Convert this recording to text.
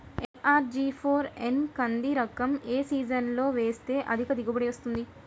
LRG four one కంది రకం ఏ సీజన్లో వేస్తె అధిక దిగుబడి వస్తుంది?